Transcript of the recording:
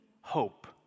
hope